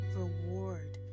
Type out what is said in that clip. reward